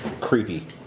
creepy